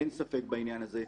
אין ספק בעניין הזה.